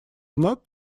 not